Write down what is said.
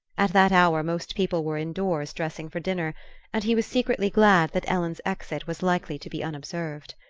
at that hour most people were indoors, dressing for dinner and he was secretly glad that ellen's exit was likely to be unobserved.